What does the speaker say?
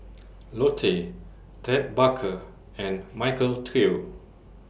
Lotte Ted Baker and Michael Trio